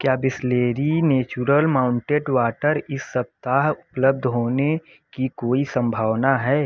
क्या Bisleri natural mountain water इस सप्ताह उपलब्ध होने की कोई संभावना है